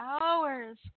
hours